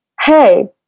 hey